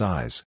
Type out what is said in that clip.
Size